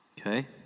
Okay